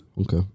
Okay